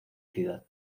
ciudad